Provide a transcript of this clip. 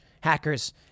Hackers